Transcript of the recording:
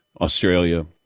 Australia